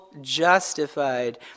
justified